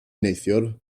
neithiwr